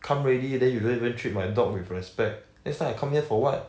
come already then you don't even treat my dog with respect next time I come here for what